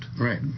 Right